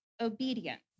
obedience